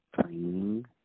training